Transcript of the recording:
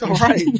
right